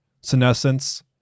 Senescence